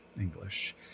English